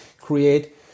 create